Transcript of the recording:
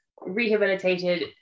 rehabilitated